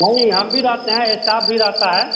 नहीं हम भी रहते हैं इस्टाफ भी रहता है